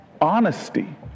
honesty